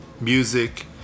music